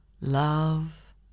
love